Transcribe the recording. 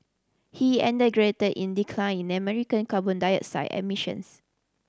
he in decline in American carbon dioxide emissions